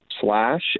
Slash